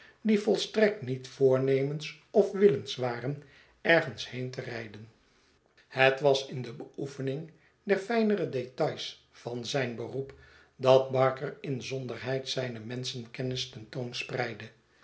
die volstrekt niet voornemens of willens waren ergens heen te rijden het was in de beoefening der fijnere details van zijn beroep dat barker inzonderheid zijne menschenkennis